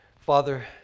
Father